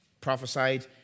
prophesied